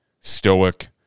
stoic